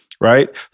right